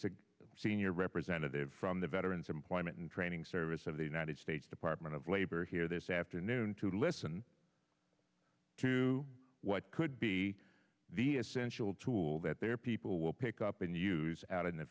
senior representative from the veterans employment and training service of the united states department of labor here this afternoon to listen to what could be the essential tool that their people will pick up and use out in the